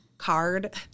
card